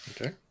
Okay